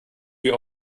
wie